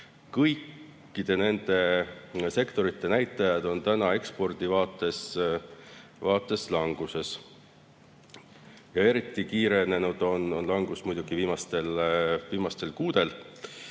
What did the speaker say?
Kõikide nende sektorite näitajad on täna ekspordi vaates languses. Eriti kiire on langus olnud muidugi viimastel kuudel.